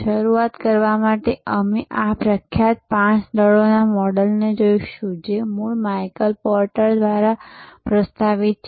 શરૂઆત કરવા માટે અમે આ પ્રખ્યાત પાંચ દળોના મોડલને જોઈશું જે મૂળ માઈકલ પોર્ટર દ્વારા પ્રસ્તાવિત છે